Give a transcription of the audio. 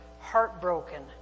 heartbroken